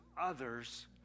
others